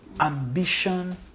ambition